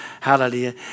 Hallelujah